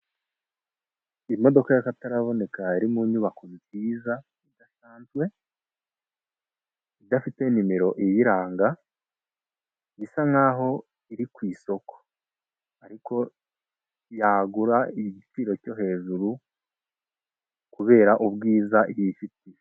Imodoka y'akataraboneka iri mu nyubako nziza, idasanzwe, idafite nimero iyiranga, isa nk'aho iri ku isoko ariko yagura igiciro cyo hejuru kubera ubwiza yifitiye.